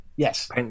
Yes